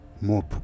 more